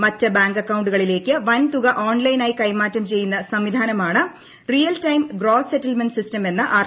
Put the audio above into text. മറ്റു ബാങ്ക് അക്കൌണ്ടുകളിലേക്ക് വൻതുക ഓൺലൈനായി കൈമാറ്റം ചെയ്യുന്ന സംവിധാനമാണ് real time gross settlement system എന്ന ആർ